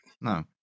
No